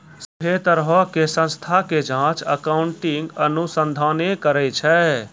सभ्भे तरहो के संस्था के जांच अकाउन्टिंग अनुसंधाने करै छै